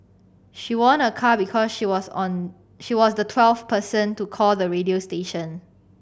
she won a car because she was on she was the twelfth person to call the radio station